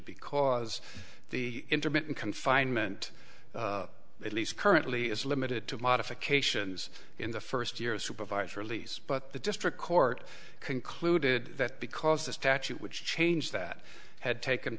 because the intermittent confinement at least currently is limited to modifications in the first year of supervised release but the district court concluded that because the statute would change that had taken